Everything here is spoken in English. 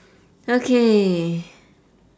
okay